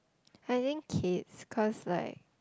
I think kids because like